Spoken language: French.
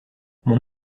mon